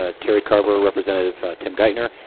ah terry carver, representative tim geithner,